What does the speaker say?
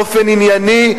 באופן ענייני,